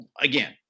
Again